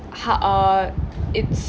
ha~ uh it's